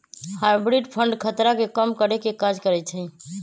hybrid fund खतरा के कम करेके काज करइ छइ